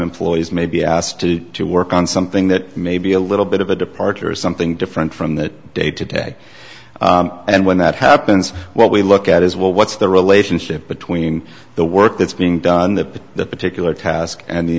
employees may be asked to to work on something that may be a little bit of a departure or something different from that day today and when that happens well we look at as well what's the relationship between the work that's being done the particular task and the